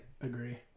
agree